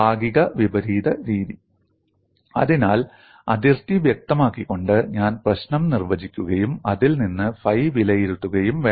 ഭാഗിക വിപരീത രീതി അതിനാൽ അതിർത്തി വ്യക്തമാക്കികൊണ്ട് ഞാൻ പ്രശ്നം നിർവചിക്കുകയും അതിൽ നിന്ന് ഫൈ വിലയിരുത്തുകയും വേണം